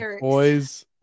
boys